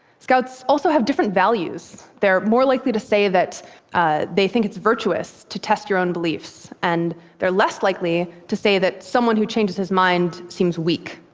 scouts also have different values. they're more likely to say they think it's virtuous to test your own beliefs, and they're less likely to say that someone who changes his mind seems weak.